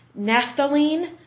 naphthalene